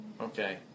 okay